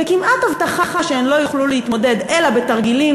וכמעט הבטחה שהן לא יוכלו להתמודד אלא בתרגילים